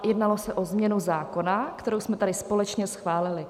Jednalo se o změnu zákona, kterou jsme tady společně schválili.